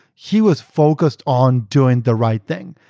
he was focused on doing the right thing.